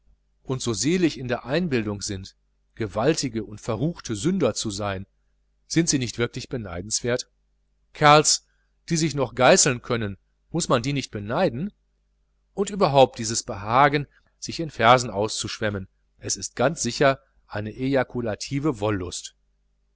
und so selig in der einbildung sind gewaltige und verruchte sünder zu sein sind sie nicht wirklich beneidenswert kerls die sich noch geißeln können muß man die nicht beneiden und überhaupt dieses behagen sich in versen auszuschwemmen es ist ganz sicher eine ejakulative wollust